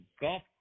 golf